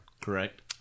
Correct